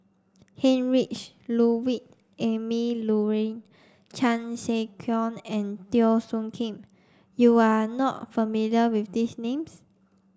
Heinrich Ludwig Emil Luering Chan Sek Keong and Teo Soon Kim you are not familiar with these names